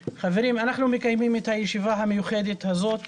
חברים, אנחנו מקיימים את הישיבה המיוחדת הזאת